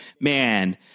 man